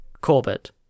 Corbett